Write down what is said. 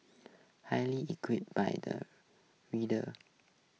highly equip by the readers